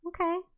Okay